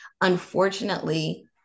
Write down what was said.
unfortunately